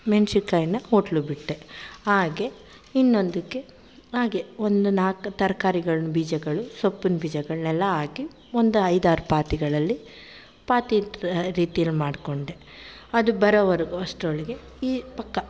ಮೆಣ್ಶಿನ್ಕಾಯನ್ನು ಬಿಟ್ಟೆ ಹಾಗೇ ಇನ್ನೊಂದಕ್ಕೆ ಹಾಗೆ ಒಂದು ನಾಲ್ಕು ತರ್ಕಾರಿಗಳ್ನ ಬೀಜಗಳ ಸೊಪ್ಪಿನ ಬೀಜಗಳನನ್ನೆಲ್ಲ ಹಾಕಿ ಒಂದು ಐದಾರು ಪಾತಿಗಳಲ್ಲಿ ಪಾತಿ ರೀತಿಯಲ್ಲಿ ಮಾಡಿಕೊಂಡೆ ಅದು ಬರೋವರೆಗೂ ಅಷ್ಟರೊಳ್ಗೆ ಈ ಪಕ್ಕ